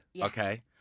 Okay